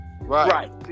Right